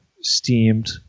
steamed